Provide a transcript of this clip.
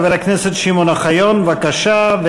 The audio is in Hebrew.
חבר הכנסת שמעון אוחיון, בבקשה.